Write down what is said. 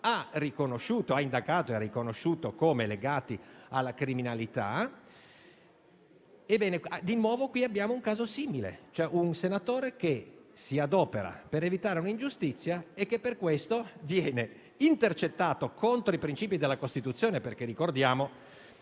ha indagato e ha riconosciuto come legati alla criminalità. Qui abbiamo un caso simile: un senatore si adopera per evitare un'ingiustizia e per questo viene intercettato, contro i principi della Costituzione. Ricordiamo